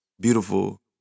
beautiful